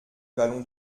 vallon